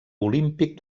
olímpic